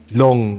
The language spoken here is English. long